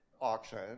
auction